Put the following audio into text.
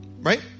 right